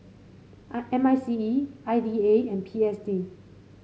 I M I C E I D A and P S D